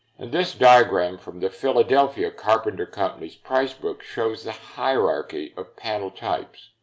and this diagram from the philadelphia carpenters' company's price book shows the hierarchy of panel types,